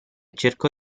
cercò